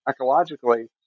ecologically